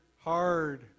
hard